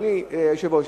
אדוני היושב-ראש,